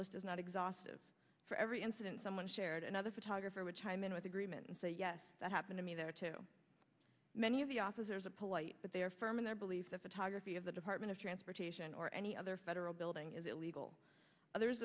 list is not exhaustive for every incident someone shared another photographer would chime in with agreement and say yes that happened to me there are too many of the officers a polite but they are firm in their belief that photography of the department of transportation or any other federal building is illegal others